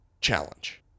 Challenge